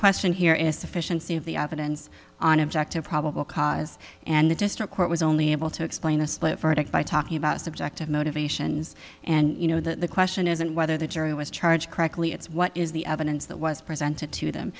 question here is sufficiency of the evidence on objective probable cause and the district court was only able to explain a split verdict by talking about subjective motivations and you know that the question isn't whether the jury was charged correctly it's what is the evidence that was presented to them